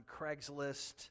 Craigslist